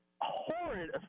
horrid